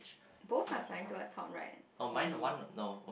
both are flying towards top right for me